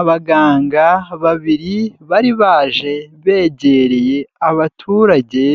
Abaganga babiri bari baje begereye abaturage